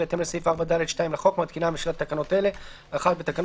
בהתאם לסעיף 4(ד)(2) לחוק מתקינה הממשלה תקנות אלה: תיקון